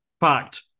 fact